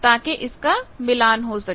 ताकि इनका मिलान हो सके